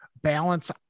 balance